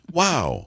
wow